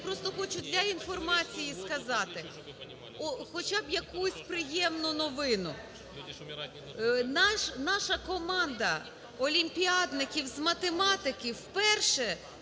я просто хочу для інформації сказати хоча б якусь приємну новину. Наша командаолімпіадників з математики вперше